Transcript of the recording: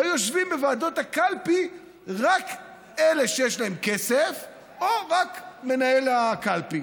והיו יושבים בוועדות הקלפי רק אלה שיש להם כסף או רק מנהל הקלפי.